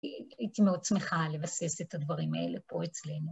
הייתי מאוד שמחה לבסס את הדברים האלה פה אצלנו.